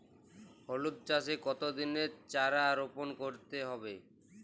হলুদ চাষে কত দিনের চারা রোপন করতে হবে?